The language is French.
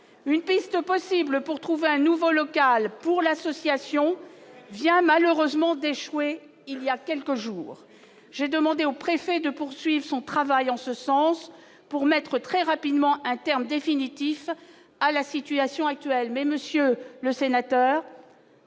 une piste possible pour trouver un nouveau local pour l'association vient malheureusement d'échouer, il y a quelques jours, j'ai demandé aux préfets de poursuivre son travail en ce sens pour mettre très rapidement un terme définitif à la situation actuelle, mais monsieur le sénateur,